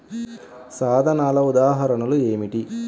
సాధనాల ఉదాహరణలు ఏమిటీ?